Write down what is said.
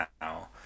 now